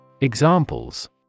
Examples